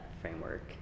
framework